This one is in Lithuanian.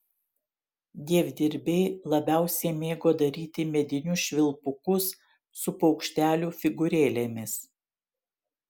dievdirbiai labiausiai mėgo daryti medinius švilpukus su paukštelių figūrėlėmis